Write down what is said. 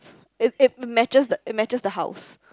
it it matches the it matches the house